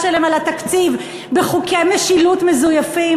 שלהן על התקציב בחוקי משילות מזויפים.